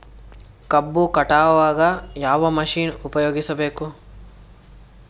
ಕಬ್ಬು ಕಟಾವಗ ಯಾವ ಮಷಿನ್ ಉಪಯೋಗಿಸಬೇಕು?